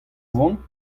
vont